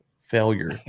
failure